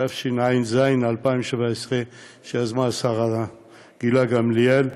התשע"ז 2017, שיזמה השרה גילה גמליאל,